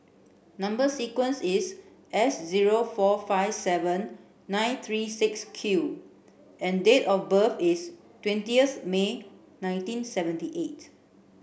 number sequence is S zero four five seven nine three six Q and date of birth is twentieth May nineteen seventy eight